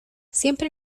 siempre